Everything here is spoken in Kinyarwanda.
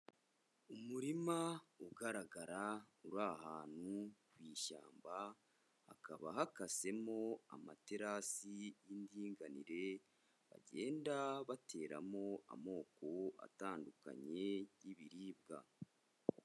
Umurima ugaragara uri ahantu mu ishyamba, hakaba hakasemo amaterasi y'indinganire, bagenda bateramo amoko atandukanye y'ibiribwa.